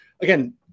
again